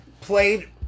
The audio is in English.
played